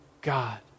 God